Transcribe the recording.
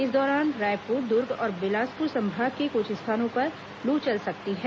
इस दौरान रायपुर दुर्ग और बिलासपुर संभाग के कुछ स्थानों पर लू चल सकती है